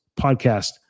podcast